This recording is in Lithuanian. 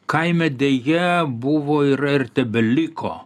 kaime deja buvo yra ir tebeliko